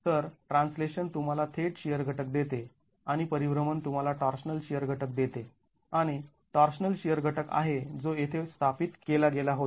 तर ट्रान्सलेशन तुम्हाला थेट शिअर घटक देते आणि परिभ्रमण तुम्हाला टॉर्शनल शिअर घटक देते आणि टॉर्शनल शिअर घटक आहे जो येथे स्थापित केला गेला होता